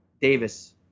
Davis